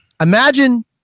imagine